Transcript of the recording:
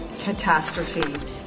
catastrophe